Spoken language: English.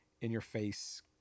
in-your-face